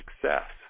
success